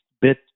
bit